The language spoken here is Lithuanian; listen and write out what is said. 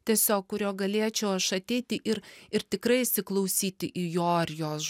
tiesiog kurio galėčiau aš ateiti ir ir tikrai įsiklausyti į jo ar jos